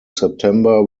september